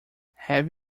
have